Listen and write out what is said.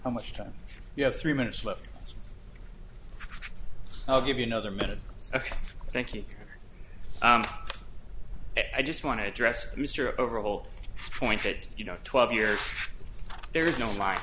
how much time you have three minutes left i'll give you another minute ok thank you i just want to address mr overall point that you know twelve years there is no mine